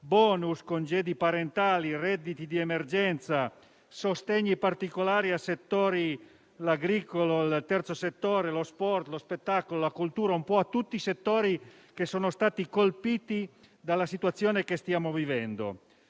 bonus, congedi parentali, redditi di emergenza, sostegni particolari al settore agricolo, al terzo settore (lo sport, lo spettacolo, la cultura) e un po' a tutti i settori colpiti dalla situazione che stiamo vivendo.